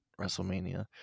WrestleMania